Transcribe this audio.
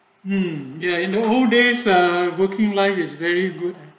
mm you are in whole days uh working life is very good